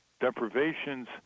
deprivations